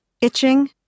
itching